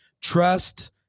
Trust